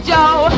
Joe